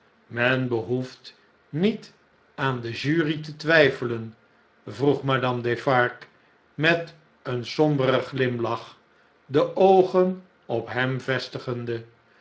men behoeft niet aan de jury te twjjfelen vroeg madame defarge met een somberen glimlach de oogen op hem vestigende